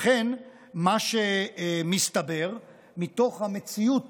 לכן מה שמסתבר מתוך המציאות